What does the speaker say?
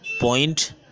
point